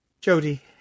Jody